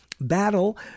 battle